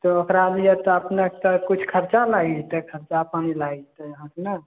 तऽ ओकरा लियै तऽ अपनेकेँ तऽ कुछ खर्चा लागि जेतै खर्चा पानी लागि जेतै अहाँकेँ ने